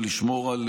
לשמור על